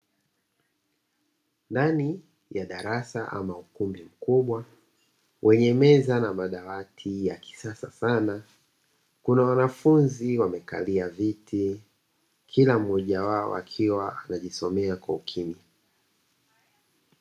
Ndani ya darasa ama ukumbi mkubwa wenye meza na madawati ya kisasa sana, kuna wanafunzi wamekalia viti kila mmoja wao akiwa anajisomea kwa ukimya.